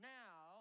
now